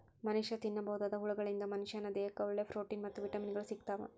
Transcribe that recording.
ಮನಷ್ಯಾ ತಿನ್ನಬೋದಾದ ಹುಳಗಳಿಂದ ಮನಶ್ಯಾನ ದೇಹಕ್ಕ ಒಳ್ಳೆ ಪ್ರೊಟೇನ್ ಮತ್ತ್ ವಿಟಮಿನ್ ಗಳು ಸಿಗ್ತಾವ